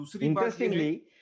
Interestingly